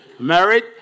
Married